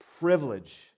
privilege